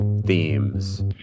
Themes